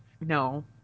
no